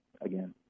again